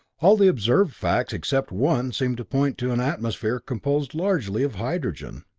all the observed facts except one seem to point to an atmosphere composed largely of hydrogen.